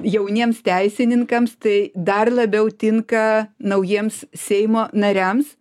jauniems teisininkams tai dar labiau tinka naujiems seimo nariams